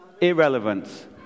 Irrelevant